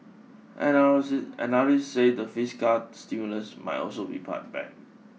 analysts analysts say the fiscal stimulus might also be pared back